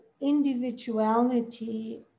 individuality